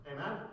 Amen